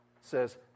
says